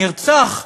הנרצח,